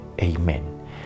Amen